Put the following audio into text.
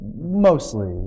mostly